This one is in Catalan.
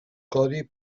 codi